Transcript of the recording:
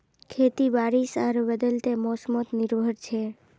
खेती बारिश आर बदलते मोसमोत निर्भर छे